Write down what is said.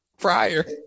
prior